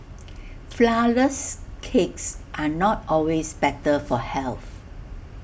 Flourless Cakes are not always better for health